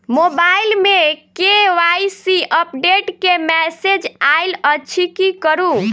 Mobile मे KYC update केँ message आइल अछि की करू?